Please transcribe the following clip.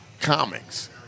comics